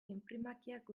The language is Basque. inprimakiak